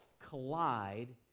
collide